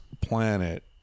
planet